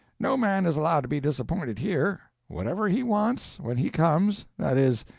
no man is allowed to be disappointed here. whatever he wants, when he comes that is,